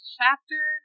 chapter